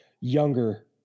younger